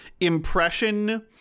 impression